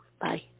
Bye